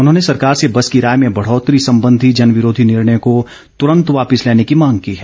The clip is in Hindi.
उन्होंने सरकार से बस किराए में बढ़ोतरी संबंधी जन विरोधी निर्णय को तुरन्त वापिस लेने की मांग की है